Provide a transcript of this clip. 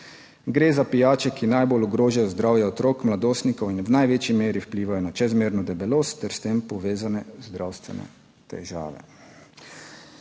gre za pijače, ki najbolj ogrožajo zdravje otrok, mladostnikov in v največji meri vplivajo na čezmerno debelost ter s tem povezane zdravstvene težave.